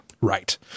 Right